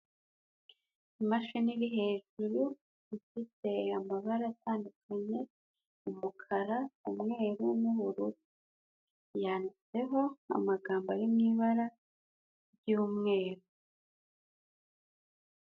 Imashini iri hejuru ifite amabara atandukanye: umukara, umweru n'ubururu. Yanditseho amagambo ari mu ibara ry'umweru.